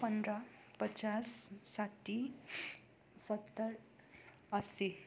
पन्ध्र पचास साठी सत्तर असी